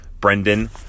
Brendan